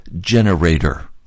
generator